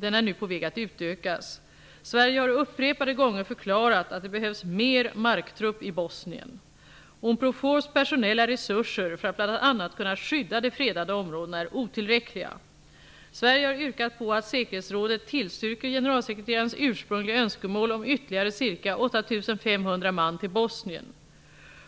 Den är nu på väg att utökas. Sverige har upprepade gånger förklarat att det behövs mer marktrupp i Bosnien. Unprofors personella resurser för att bl.a. kunna skydda de fredade områdena är otillräckliga. Sverige har yrkat på att säkerhetsrådet tillstyrker generalsekreterarens ursprungliga önskemål om ytterligare ca 8 500 man till Bosnien.